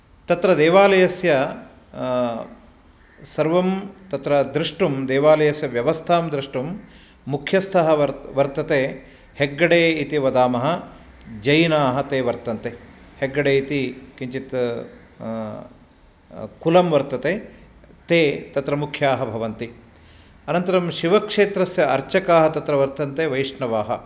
तत्र देवालयस्य सर्वं तत्र द्रष्टुं देवालयस्य व्यवस्थां द्रष्टुं मुख्यस्थः वर् वर्तते हेग्गडे इति वदामः जैनाः ते वर्तन्ते हेग्गडे इति किञ्चित् कुलं वर्तते ते तत्र मुख्याः भवन्ति अनन्तरं शिवक्षेत्रस्य अर्चकाः तत्र वर्तन्ते वैष्णवाः